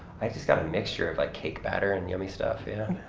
i just got a mixture of like cake batter and yummy stuff, yeah.